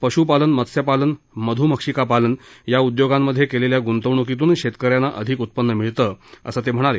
पशुपालन मत्स्यपालन मधुमक्षिकापालन या उद्योगांमधे केलेल्या गुंतवणूकीतून शेतक यांना अधिक उत्पन्न मिळतं असं ते म्हणाले